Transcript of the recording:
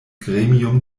gremium